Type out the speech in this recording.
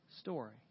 story